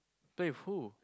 play with who